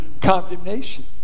condemnation